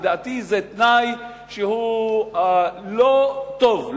לדעתי זה תנאי שהוא לא טוב,